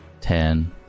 Ten